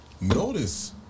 Notice